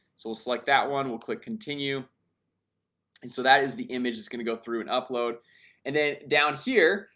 so we'll select that one. we'll click continue and so that is the image that's going to go through and upload and then down here.